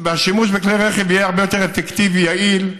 השימוש בכלי רכב יהיה הרבה יותר אפקטיבי, יעיל,